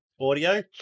audio